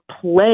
play